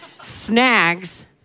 snags